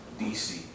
DC